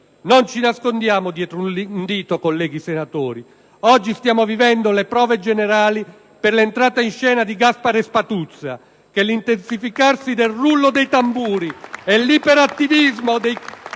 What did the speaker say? Non ci nascondiamo dietro un dito, colleghi senatori. Oggi stiamo vivendo le prove generali per l'entrata in scena di Gaspare Spatuzza, che l'intensificarsi del rullo dei tamburi e l'iperattivismo dei